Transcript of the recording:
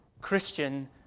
Christian